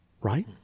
right